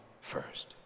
first